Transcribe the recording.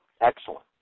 excellent